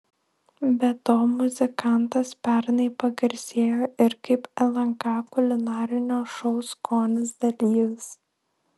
be to muzikantas pernai pagarsėjo ir kaip lnk kulinarinio šou skonis dalyvis